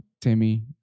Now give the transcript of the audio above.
Timmy